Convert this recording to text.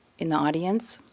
in the audience